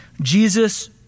Jesus